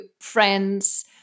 friends